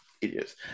Idiots